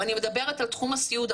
אני מדברת על תחום הסיעוד.